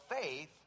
faith